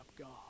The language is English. God